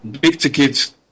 big-ticket